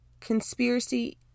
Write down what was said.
conspiracy